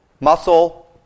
muscle